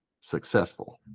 successful